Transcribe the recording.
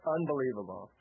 Unbelievable